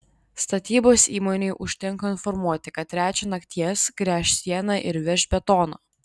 statybos įmonei užtenka informuoti kad trečią nakties gręš sieną ir veš betoną